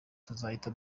tuzahita